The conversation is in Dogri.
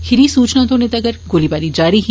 खीरी सूचना थ्होने तगर गोलीबारी जारी ही